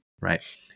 Right